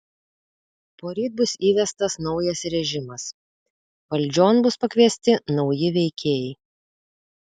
poryt bus įvestas naujas režimas valdžion bus pakviesti nauji veikėjai